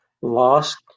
lost